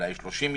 אולי 30 יום,